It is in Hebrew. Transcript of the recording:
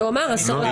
הוא אמר עשרות, ההבדל.